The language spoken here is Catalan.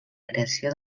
creació